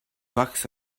bucks